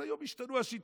אז היום השתנו השיטות,